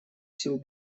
сил